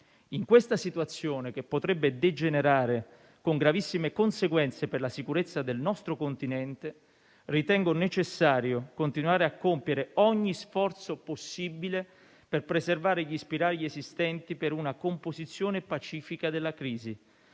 In questa situazione, che potrebbe degenerare con gravissime conseguenze per la sicurezza del nostro continente, ritengo necessario continuare a compiere ogni sforzo possibile per preservare gli spiragli esistenti per una composizione pacifica della crisi.